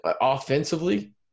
offensively